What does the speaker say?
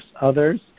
Others